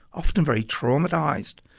often very traumatised,